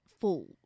full